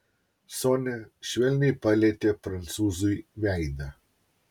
sonia švelniai palietė prancūzui veidą